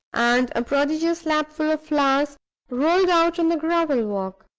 and a prodigious lapful of flowers rolled out on the gravel walk.